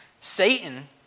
Satan